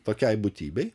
tokiai būtybei